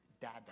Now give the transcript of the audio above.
dada